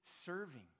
serving